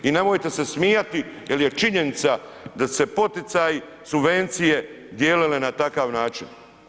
I nemojte se smijati jer je činjenica da su se poticaji, subvencije dijelile na takav način.